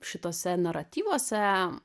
šituose naratyvuose